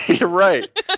Right